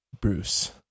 Bruce